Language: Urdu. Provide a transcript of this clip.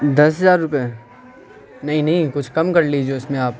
دس ہزار روپئے نہیں نہیں کچھ کم کر لیجیے اس میں آپ